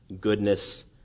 goodness